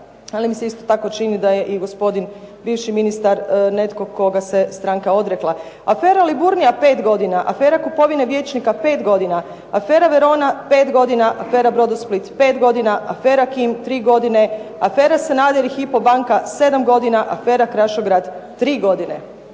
Meni se isto tako čini da je i gospodin bivši ministar netko koga se stranka odrekla. Afera "Liburnija" pet godina, afera kupovine vijećnika pet godina, afera "Verona" pet godina, afera "Brodosplit" pet godina, afera "Kim" tri godine, afera "Sanader i Hypo banka" 7 godina, afera "Krašograd" 3 godine,